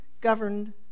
governed